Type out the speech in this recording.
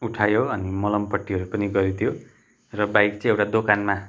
उठायो अनि मलम पट्टीहरू पनि गरिदियो र बाइक चाहिँ एउटा दोकानमा